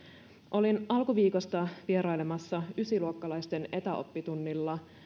olin alkuviikosta vierailemassa ysiluokkalaisten etäoppitunnilla